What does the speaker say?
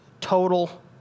total